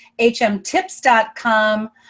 hmtips.com